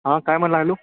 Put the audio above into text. हां काय म्हणाला हॅलो